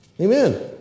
Amen